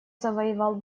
завоевал